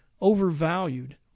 overvalued